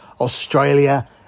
Australia